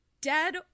dead